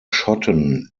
schotten